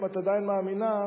אם את עדיין מאמינה,